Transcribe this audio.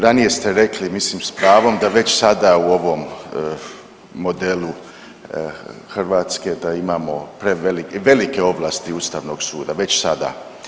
Ranije ste rekli, mislim s pravom, da već sada u ovom modelu Hrvatske da imamo prevelike, velike ovlasti Ustavnog suda, već sada.